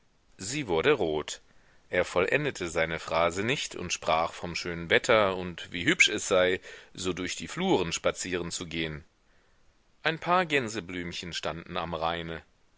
sie wurde rot er vollendete seine phrase nicht und sprach vom schönen wetter und wie hübsch es sei so durch die fluren spazieren zu gehen ein paar gänseblümchen standen am raine